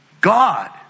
God